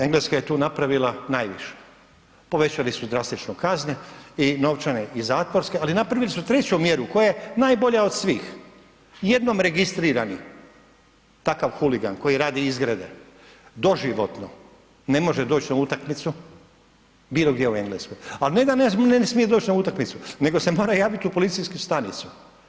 Engleska je tu napravila najviše, povećali su drastično kazne i novčane i zatvorske, ali napravili su treću mjeru koja je najbolja od svih, jednom registrirani takav huligan koji radi izgrede doživotno ne može doći na utakmicu bilo gdje u Engleskoj, a ne da ne smije doći na utakmicu, nego se mora javiti u policijsku stanicu.